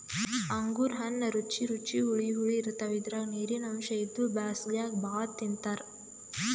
ಅಂಗೂರ್ ಹಣ್ಣ್ ರುಚಿ ರುಚಿ ಹುಳಿ ಹುಳಿ ಇರ್ತವ್ ಇದ್ರಾಗ್ ನೀರಿನ್ ಅಂಶ್ ಇದ್ದು ಬ್ಯಾಸ್ಗ್ಯಾಗ್ ಭಾಳ್ ತಿಂತಾರ್